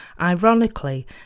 Ironically